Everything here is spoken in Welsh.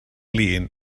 lin